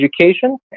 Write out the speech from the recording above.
education